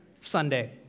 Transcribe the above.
Sunday